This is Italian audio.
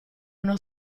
uno